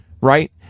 right